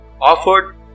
offered